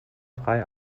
frei